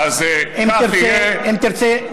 הזמן הסתיים,